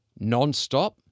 nonstop